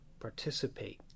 participate